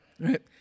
Right